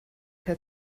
had